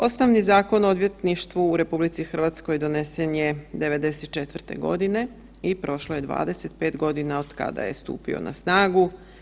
Osnovni Zakon o odvjetništvu u RH donesen je '94. godine i prošlo je 25 godina otkada je stupio na snagu.